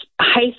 high